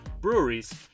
breweries